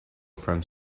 from